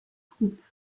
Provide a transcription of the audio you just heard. troupe